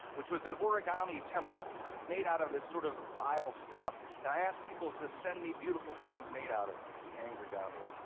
which was an origami template made out of this sort of vile stuff. and i asked people to send me beautiful things made out of the angrigami.